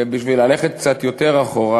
ובשביל ללכת קצת יותר אחורה,